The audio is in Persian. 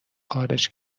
خارج